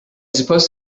suppose